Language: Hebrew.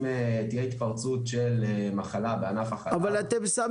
אם תהיה התפרצות של מחלה בענף החלב --- אבל אתם,